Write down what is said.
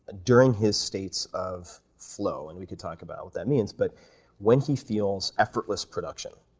ah during his states of flow, and we could talk about what that means, but when he feels effortless production,